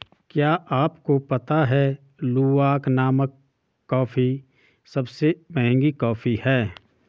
क्या आपको पता है लूवाक नामक कॉफ़ी सबसे महंगी कॉफ़ी है?